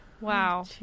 Wow